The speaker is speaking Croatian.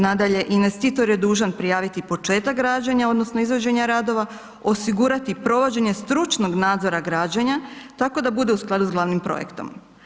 Nadalje, investitor je dužan prijaviti početak građenja odnosno izvođenja radova, osigurati provođenje stručnog nadzora građenja tako da bude u skladu sa glavnim projektom.